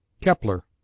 Kepler